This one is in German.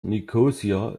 nikosia